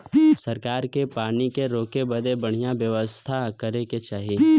सरकार के पानी के रोके बदे बढ़िया व्यवस्था करे के चाही